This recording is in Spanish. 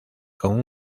con